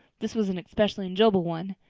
this was an especially enjoyable one.